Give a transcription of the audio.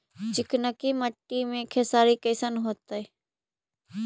चिकनकी मट्टी मे खेसारी कैसन होतै?